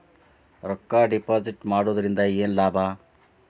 ರೊಕ್ಕ ಡಿಪಾಸಿಟ್ ಮಾಡುವುದರಿಂದ ಏನ್ ಲಾಭ?